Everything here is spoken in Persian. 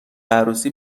عروسی